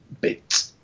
bit